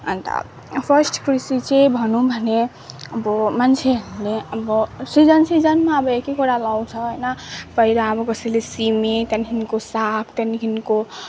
अन्त फर्स्ट कृषि चाहिँ भनौँ भने अब मान्छेहरूले अब सिजन सिजनमा अब एक एकवटा लाउँछ होइन पहिला अब कसैले सिमी त्यहाँदेखिको साग त्यहाँदेखिको